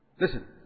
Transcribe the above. listen